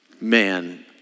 Man